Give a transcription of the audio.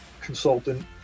consultant